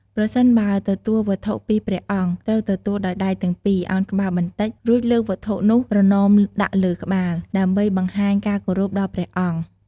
ប្រសិនបើទទួលវត្ថុពីព្រះអង្គ ត្រូវទទួលដោយដៃទាំងពីរ ឱនក្បាលបន្តិច រួចលើកវត្ថុនោះប្រណម្យដាក់លើក្បាល ដើម្បីបង្ហាញការគោរពដល់ព្រះអង្គ។